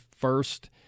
first